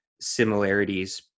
similarities